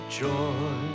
joy